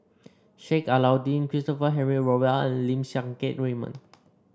Sheik Alau'ddin Christopher Henry Rothwell and Lim Siang Keat Raymond